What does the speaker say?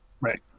right